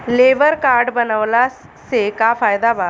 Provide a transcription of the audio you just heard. Labour card बनवाला से का फायदा बा?